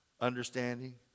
Understanding